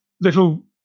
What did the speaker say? little